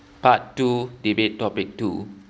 part two debate topic two